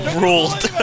ruled